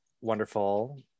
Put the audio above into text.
wonderful